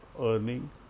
earning